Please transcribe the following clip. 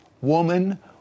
woman